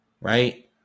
right